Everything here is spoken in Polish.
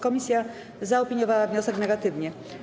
Komisja zaopiniowała wniosek negatywnie.